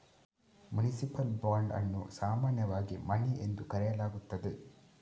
municipal bond ಅನ್ನು ಸಾಮಾನ್ಯವಾಗಿ money ಎಂದು ಕರೆಯಲಾಗುತ್ತದೆ